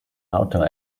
outdoor